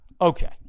Okay